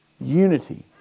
unity